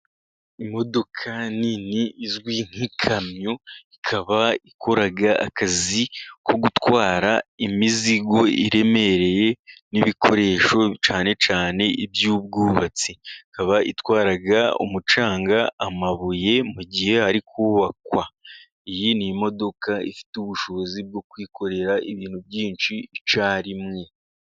Imodoka nini izwi nk'ikamyo, ikaba ikora akazi ko gutwara imizigo iremereye n'ibikoresho, cyane cyane iby'ubwubatsi, ikaba itwara umucanga, amabuye mu gihe hari kubakwa. Iyi ni imodoka ifite ubushobozi bwo kwikorera ibintu byinshi icyarimwe.